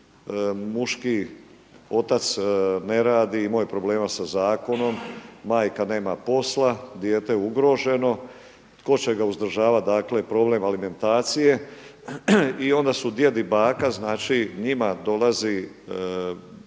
Muški otac ne radi imao je problem sa zakonom, majka nema posla, dijete ugroženo tko će ga uzdržavati, dakle problem alimentacije i onda su djed i baka njima dolazi